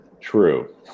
True